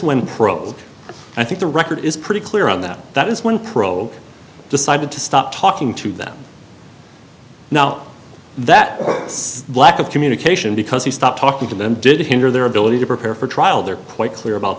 when i think the record is pretty clear on that that is one probe decided to stop talking to them now that lack of communication because he stopped talking to them didn't hinder their ability to prepare for trial they're quite clear about